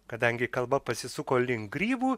kadangi kalba pasisuko link grybų